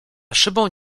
szybą